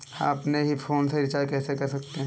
हम अपने ही फोन से रिचार्ज कैसे कर सकते हैं?